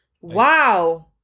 wow